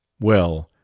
well,